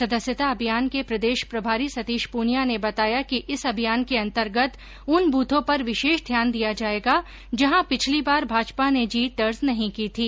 सदस्यता अभियान के प्रदेश प्रभारी सतीश पूनियां ने बताया कि इस अभियान के अन्तर्गत उन बूथों पर भी विशेष ध्यान दिया जाएगा जहां पर पिछली बार भाजपा ने जीत दर्ज नहीं की थी